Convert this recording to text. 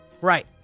Right